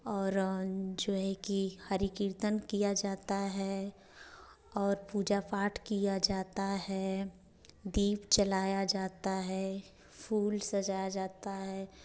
और जो है कि हरि कीर्तन किया जाता है और पूजा पाठ किया जाता है दीप जलाया जाता है फूल सजाया जाता है